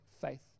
faith